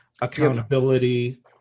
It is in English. accountability